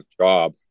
job